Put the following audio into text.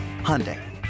Hyundai